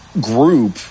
group